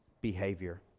behavior